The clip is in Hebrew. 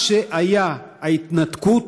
מה שהיה ההתנתקות,